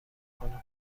کنه